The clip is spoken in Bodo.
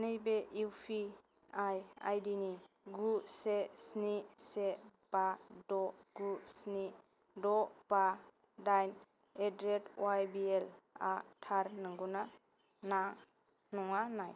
नैबे इउपिआइ आइदि गु से स्नि से बा द गु स्नि द बा दाइन एट दा रेट वायबिएल आ थार नंगौ ना नङा नाय